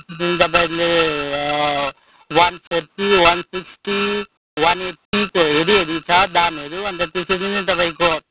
तपाईँले one forty one fifty one एट्टीको हेरी हेरी छ दामहरू अन्त त्यसरी नै तपाईँको